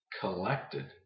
collected